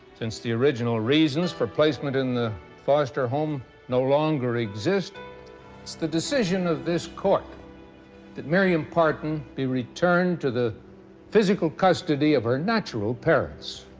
since the original reasons for placement in the foster home no longer exist, it's the decision of this court that miriam parten be returned to the physical custody of her natural parents.